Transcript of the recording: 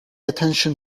attention